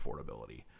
affordability